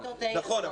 נכון.